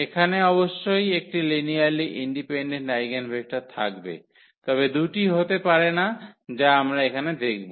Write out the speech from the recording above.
একখানে অবশ্যই একটি লিনিয়ারলি ইন্ডিপেন্ডন্ট আইগেনভেক্টর থাকবে তবে দুটি হতে পারে না যা আমরা এখানে দেখব